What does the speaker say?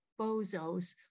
bozos